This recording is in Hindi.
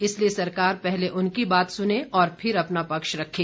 इसलिए सरकार पहले उनकी बात सुने और फिर अपना पक्ष रखे